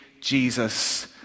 jesus